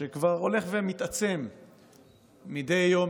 שכבר הולך ומתעצם מדי יום,